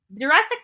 Jurassic